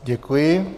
Děkuji.